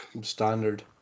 standard